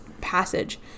passage